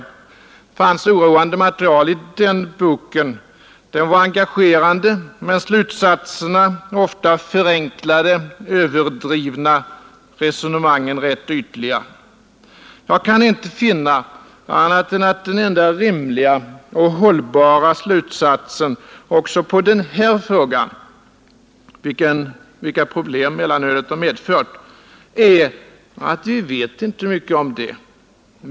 Det fanns oroande material i den boken. Den var engagerande men slutsatserna var ofta förenklade och överdrivna, resonemangen rätt ytliga. Jag kan inte finna annat än att det enda rimliga och hållbara svaret också på den här frågan — vilka problem mellanölet har medfört — är att vi vet inte mycket om det.